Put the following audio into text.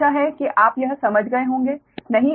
आशा है कि आप यह समझ गए होंगे नहीं